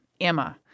Emma